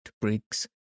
Briggs